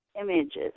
images